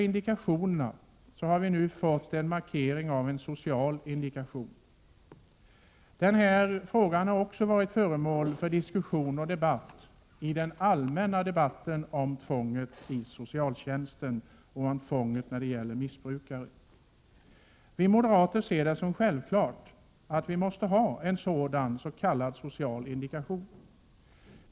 Vi har nu fått en markering av en social indikation. Den här frågan har också varit föremål för diskussion i den allmänna debatten om tvånget inom socialtjänsten och om tvånget när det gäller missbrukare. Vi moderater ser det som självklart att vi måste ha en sådan social indikation.